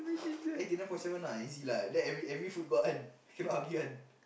eighty nine point seven lah easy lah then every every foot got one cannot argue one